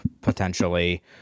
potentially